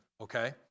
okay